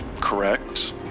correct